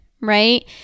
right